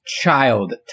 child